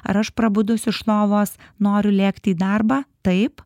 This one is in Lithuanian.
ar aš prabudus iš lovos noriu lėkt į darbą taip